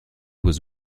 was